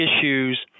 issues